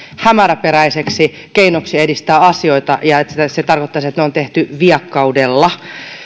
hämäräperäiseksi keinoksi edistää asioita ja se tarkoittaisi että se on tehty viekkaudella